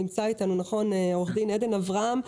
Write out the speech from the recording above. נמצא איתנו עו"ד עדן אברהם.